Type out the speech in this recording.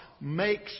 makes